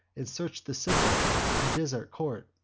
and search the citadel and desart court.